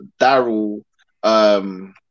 Daryl